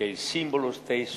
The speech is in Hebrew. רמת מעלה זו,